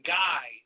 guy